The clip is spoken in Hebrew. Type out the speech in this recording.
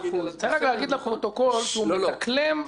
צריך לומר לפרוטוקול שהוא מדלקם מתוך